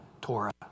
Torah